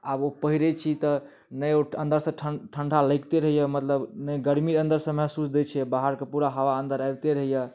आब ओ पहिरै छी तऽ नहि ओ अंदर से ठंडा लैगते रहैया मतलब नहि गर्मी अंदर से महसूस दै छै बाहरके पूरा हवा अंदर आइबिते रहैया